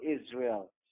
Israel